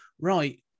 right